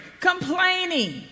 complaining